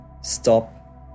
stop